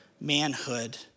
manhood